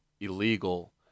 illegal